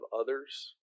others